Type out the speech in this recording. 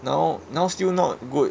now now still not good